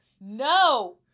no